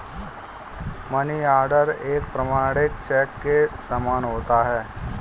money order एक प्रमाणिक cheque के समान होता है